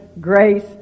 grace